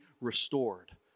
restored